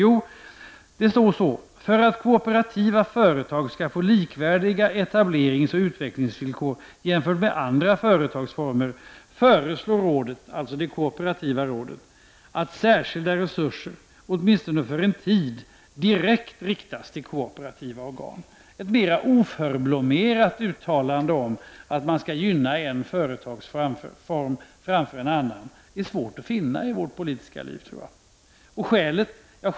Jo, för att kooperativa företag skall få med andra företagsformer likvärdiga etableringsoch utvecklingsvillkor, föreslår det kooperativa rådet att särskilda resurser åtminstone för en tid riktas direkt till kooperativa organ. Detta är ett mera oförblommerat uttalande om att man skall gynna en företagsform framför en annan. Det är svårt att finna något liknande i vårt politiska liv.